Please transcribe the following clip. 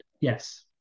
Yes